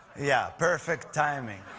yeah, perfect timing.